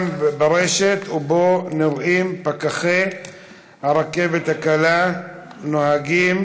ברשת ובו נראים פקחי הרכבת הקלה נוהגים